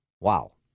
Wow